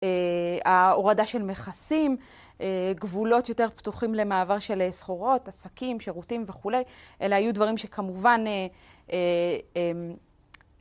אה... ה...הורדה של מכסים, אה... גבולות יותר פתוחים למעבר של סחורות, עסקים, שירותים וכו', אלה היו דברים שכמובן אה... אה... אמ...